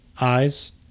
eyes